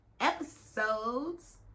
episodes